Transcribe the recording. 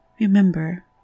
Remember